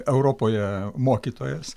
europoje mokytojas